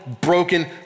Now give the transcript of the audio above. broken